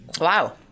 Wow